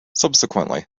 subsequently